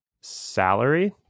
salary